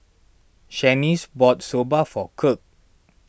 Shanice bought Soba for Kirk